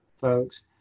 folks